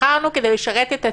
נבחרנו כדי לשרת את הציבור.